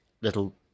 little